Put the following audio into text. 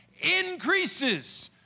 increases